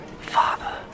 Father